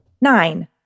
Nine